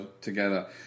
together